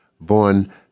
born